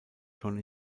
schon